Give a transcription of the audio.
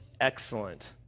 excellent